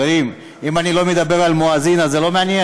חברים, אם אני לא מדבר על מואזין אז זה לא מעניין?